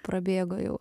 prabėgo jau